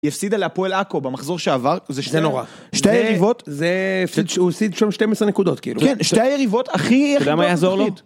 יפסיד על הפועל עכו במחזור שעבר, זה שני נורא. שתי היריבות, זה הוא הפסיד 12 נקודות, כאילו. כן, שתי היריבות הכי איכותיות. אתה יודע מה יעזור לו?